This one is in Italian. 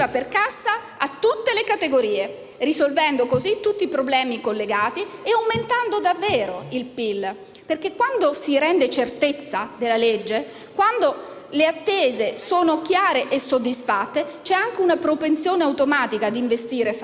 a tutte le categorie, risolvendo così tutti i problemi collegati e aumentando davvero il PIL. Perché quando si rende certezza della legge, quando le attese sono chiare e soddisfatte, c'è anche una propensione automatica ad investire e fare impresa.